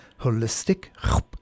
holistic